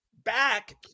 back